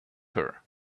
her